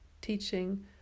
teaching